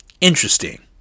Interesting